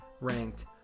ranked